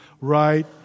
right